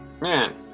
man